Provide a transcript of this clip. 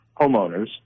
homeowners